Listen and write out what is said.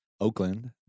Oakland